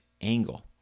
angle